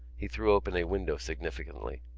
he threw open a window significantly.